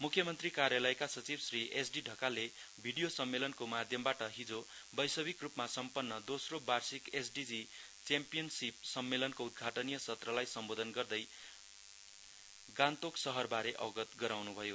मुख्यमन्त्री कार्यालयका सचिव श्री एसडी ढकालले भिडियो सम्मेलनको माध्यमबाट हिजो वैश्विक रूपमा सम्पन्न दोस्रो वार्षिक एसडीजी च्याम्पियनसिप सम्मेलनको उदघाटनीय सत्रलाई सम्बोधन गर्ने क्रममा गान्तोक शहरबारे अवगत गराउनुभयो